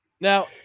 Now